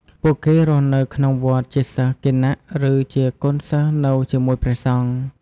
ពួកគេរស់នៅក្នុងវត្តជាសិស្សគណឬជាកូនសិស្សនៅជាមួយព្រះសង្ឃ។